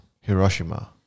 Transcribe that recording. Hiroshima